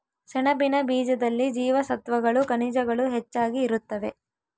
ಸೆಣಬಿನ ಬೀಜದಲ್ಲಿ ಜೀವಸತ್ವಗಳು ಖನಿಜಗಳು ಹೆಚ್ಚಾಗಿ ಇರುತ್ತವೆ